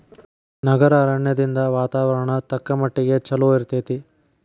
ನಗರ ಅರಣ್ಯದಿಂದ ವಾತಾವರಣ ತಕ್ಕಮಟ್ಟಿಗೆ ಚಲೋ ಇರ್ತೈತಿ